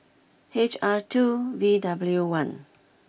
H R two V W one